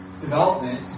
development